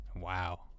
wow